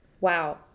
Wow